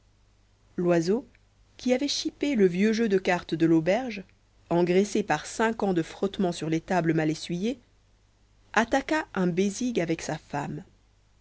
loiseau qui avait chipé le vieux jeu de cartes de l'auberge engraissé par cinq ans de frottement sur les tables mal essuyées attaqua un bésigue avec sa femme